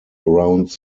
around